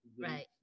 Right